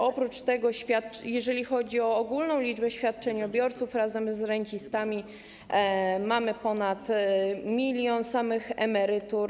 Oprócz tego, jeżeli chodzi o ogólną liczbę świadczeniobiorców, razem z rencistami, mamy ponad 1 mln samych emerytur.